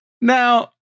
now